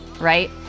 right